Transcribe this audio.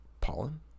pollen